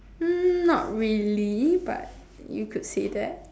hmm not really but you could say that